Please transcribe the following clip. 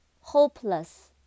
Hopeless